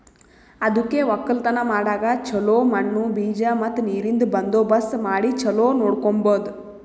ಅದುಕೆ ಒಕ್ಕಲತನ ಮಾಡಾಗ್ ಚೊಲೋ ಮಣ್ಣು, ಬೀಜ ಮತ್ತ ನೀರಿಂದ್ ಬಂದೋಬಸ್ತ್ ಮಾಡಿ ಚೊಲೋ ನೋಡ್ಕೋಮದ್